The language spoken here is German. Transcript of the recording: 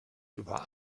über